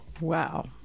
Wow